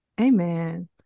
Amen